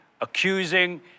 accusing